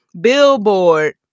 billboard